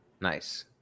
Nice